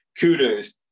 kudos